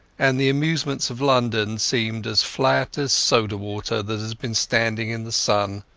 and the amusements of london seemed as flat as soda-water that has been standing in the sun.